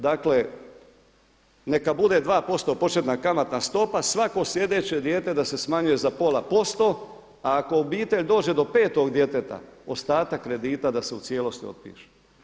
Dakle neka bude 2% početna kamatna stopa, svako slijedeće dijete da se smanjuje za pola posto, a ako obitelj dođe do petog djeteta ostatak kredita da se u cijelosti otpiše.